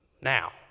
Now